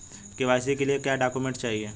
KYC के लिए क्या क्या डॉक्यूमेंट चाहिए?